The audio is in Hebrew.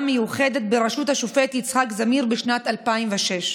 מיוחדת בראשות השופט יצחק זמיר בשנת 2006,